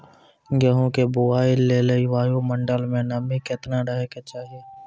गेहूँ के बुआई लेल वायु मंडल मे नमी केतना रहे के चाहि?